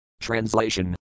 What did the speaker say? Translation